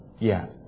Yes